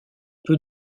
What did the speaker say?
peu